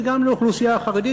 וגם לאוכלוסייה החרדית,